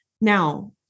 Now